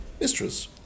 Mistress